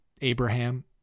Abraham